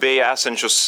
bei esančius